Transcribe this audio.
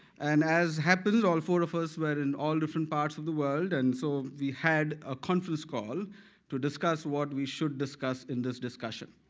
and as happens all four of us were in all different parts of the world and so we had a conference call to discuss what we should discuss in this discussion.